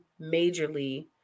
majorly